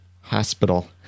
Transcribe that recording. hospital